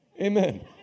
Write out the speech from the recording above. Amen